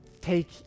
take